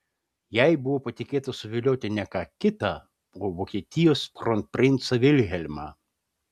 jai buvo patikėta suvilioti ne ką kitą o vokietijos kronprincą vilhelmą